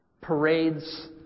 parades